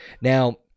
Now